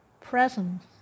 presence